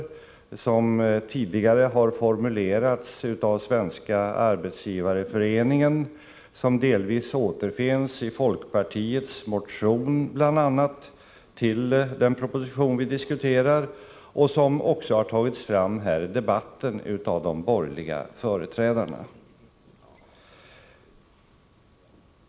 De har tidigare formulerats av Svenska arbetsgivareföreningen och återfinns delvis i folkpartiets motion beträffande den proposition som vi nu diskuterar. De har också tagits fram i den här debatten av de borgerliga företrädarna.